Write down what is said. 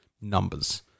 numbers